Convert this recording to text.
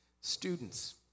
Students